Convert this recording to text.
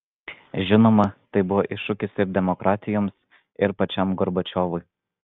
žinoma tai buvo iššūkis ir demokratijoms ir pačiam gorbačiovui